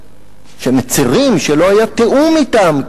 שמצרים שלא היה תיאום אתם,